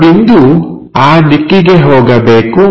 ಆ ಬಿಂದು ಆ ದಿಕ್ಕಿಗೆ ಹೋಗಬೇಕು